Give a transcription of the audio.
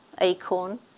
acorn